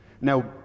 Now